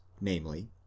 namely